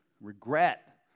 regret